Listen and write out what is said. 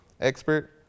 expert